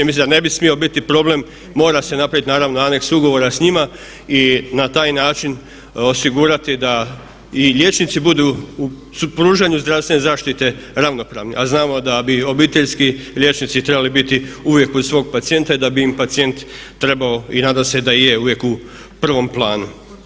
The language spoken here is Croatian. Mislim da ne bi smio biti problem, mora se napraviti naravno aneks ugovora sa njima i na taj način osigurati da i liječnici budu u pružanju zdravstvene zaštite ravnopravni, a znamo da bi obiteljski liječnici trebali biti uvijek uz svog pacijenta i da bi im pacijent trebao i nadam se da je uvijek u prvom planu.